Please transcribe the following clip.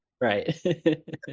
right